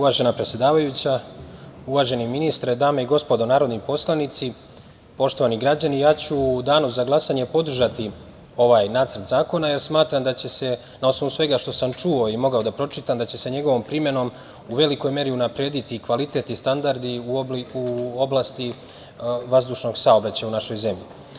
Uvažena predsedavajuća, uvaženi ministre, dame i gospodo narodni poslanici, poštovani građani, u danu za glasanje podržaću ovaj Nacrt zakona jer smatram da će se na osnovu svega što sam čuo i mogao da pročitam, da će se njegovom primenom u velikoj meri unaprediti i kvalitet i standardi u oblasti vazdušnog saobraćaja u našoj zemlji.